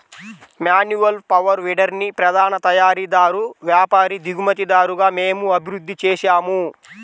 manual power వీడర్ని ప్రధాన తయారీదారు, వ్యాపారి, దిగుమతిదారుగా మేము అభివృద్ధి చేసాము